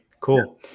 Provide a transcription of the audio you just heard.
Cool